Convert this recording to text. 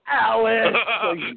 Alice